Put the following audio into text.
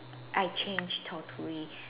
I changed totally